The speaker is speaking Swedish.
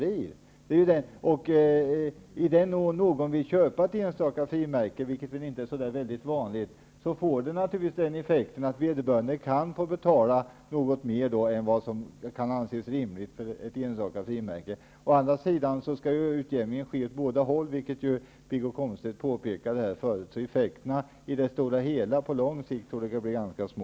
I den mån någon vill köpa enstaka frimärken, vilket inte är så vanligt, får det naturligtvis den effekten att man kan få betala något mer än vad som kan anses rimligt för ett enstaka frimärke. Å andra sidan sker utjämning åt andra hållet också, vilket Wiggo Komstedt påpekade förut. Effekterna i det stora hela på lång sikt torde bli ganska små.